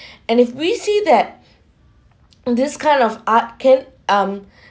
and if we see that and this kind of art can um